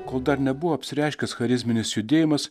kol dar nebuvo apsireiškęs charizminis judėjimas